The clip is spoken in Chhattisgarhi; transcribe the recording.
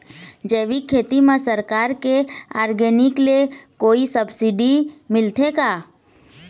जैविक खेती म सरकार के ऑर्गेनिक ले कोई सब्सिडी मिलथे का?